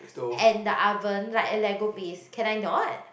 and the oven like a lego piece can I not